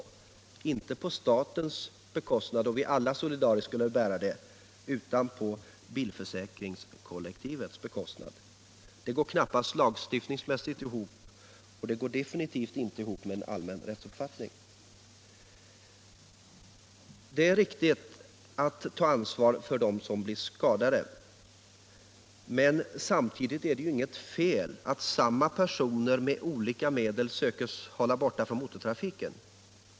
Ersättningen skall alltså inte ske på statens bekostnad — då skulle vi alla solidariskt bära kostnaderna — utan på bilförsäkringskollektivets bekostnad. Det går knappast ihop lagstiftningsmässigt, och det stämmer definitivt inte med den allmänna rättskänslan. I Det är riktigt att ta ansvar för dem som blir skadade. Men det är inte heller något fel att med olika medel söka hålla dem som löper stor risk att råka ut för olyckor borta från motortrafiken.